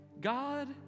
God